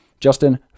Justin